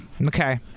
Okay